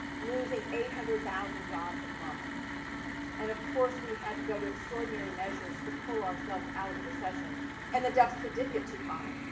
losing eight hundred thousand dollars jobs a month and, of course, we had to go to extraordinary measures to pull ourselves out of the recession and the deficit did get too high.